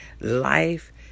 Life